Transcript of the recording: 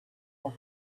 half